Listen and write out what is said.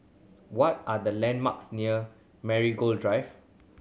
what are the landmarks near Marigold Drive